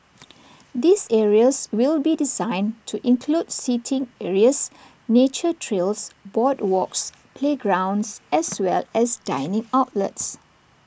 these areas will be designed to include seating areas nature trails boardwalks playgrounds as well as dining outlets